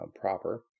proper